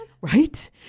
right